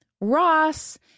Ross